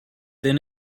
then